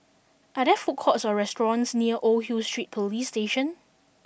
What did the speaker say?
are there food courts or restaurants near Old Hill Street Police Station